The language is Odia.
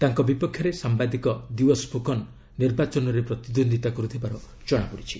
ତାଙ୍କ ବିପକ୍ଷରେ ସାମ୍ଘାଦିକ ଦିଓ୍ୱସ ଫୁକନ ନିର୍ବାଚନରେ ପ୍ରତିଦ୍ୱନ୍ଦ୍ୱିତା କରୁଥିବାର ଜଣାପଡି ୍ଛି